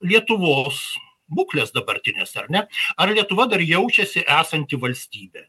lietuvos būklės dabartinės ar ne ar lietuva dar jaučiasi esanti valstybė